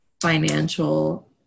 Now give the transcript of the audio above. financial